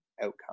outcome